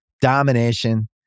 Domination